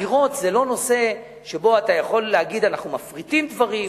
הדירות זה לא נושא שבו אתה יכול להגיד: אנחנו מפריטים דברים.